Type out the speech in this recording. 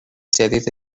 جدید